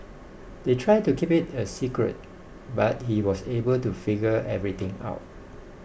they tried to keep it a secret but he was able to figure everything out